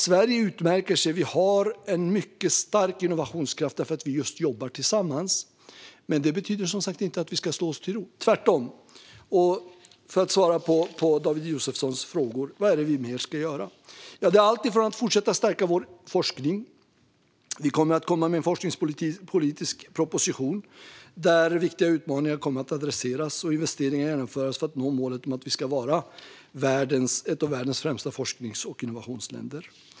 Sverige utmärker sig alltså. Vi har en mycket stark innovationskraft eftersom vi just jobbar tillsammans. Men det betyder som sagt inte att vi ska slå oss till ro, tvärtom, och jag ska svara på David Josefssons fråga vad mer vi ska göra. Det handlar om att fortsätta stärka vår forskning. Vi kommer att komma med en forskningspolitisk proposition där viktiga utmaningar kommer att adresseras och investeringar kommer att genomföras för att vi ska nå målet att vara ett av världens främsta forsknings och innovationsländer.